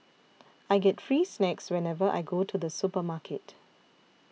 I get free snacks whenever I go to the supermarket